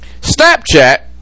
snapchat